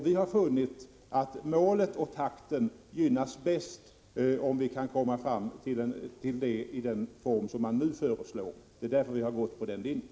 Vi har funnit att målet och takten gynnas bäst med den form man nu föreslår. Det är därför vi har gått på den linjen.